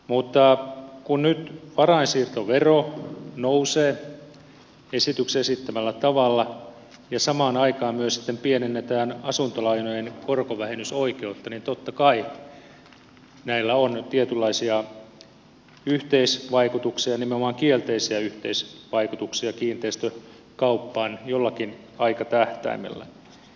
mutta kun nyt varainsiirtovero nousee esityksen esittämällä tavalla ja samaan aikaan myös pienennetään asuntolainojen korkovähennysoikeutta niin totta kai näillä on tietynlaisia yhteisvaikutuksia ja nimenomaan kielteisiä yhteisvaikutuksia kiinteistökauppaan jollakin aikatähtäimellä